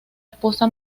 esposa